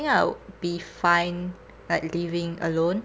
think I would be fine like living alone